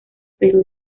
pero